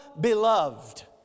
Beloved